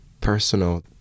personal